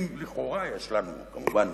אם לכאורה יש לנו גרעין,